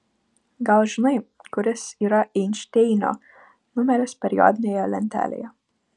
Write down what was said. gal žinai kuris yra einšteinio numeris periodinėje lentelėje